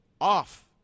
off